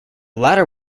latter